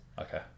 Okay